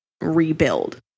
rebuild